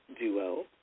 duo